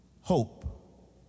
hope